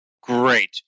Great